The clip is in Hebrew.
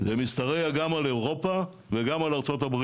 זה משתרע גם על אירופה, וגם על ארצות-הברית,